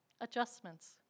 adjustments